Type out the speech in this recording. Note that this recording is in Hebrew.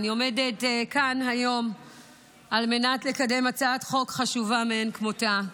אני עומדת כאן היום על מנת לקדם הצעת חוק חשובה מאין כמותה.